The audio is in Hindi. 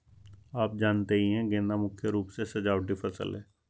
आप जानते ही है गेंदा मुख्य रूप से सजावटी फसल है